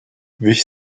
wich